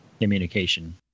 communication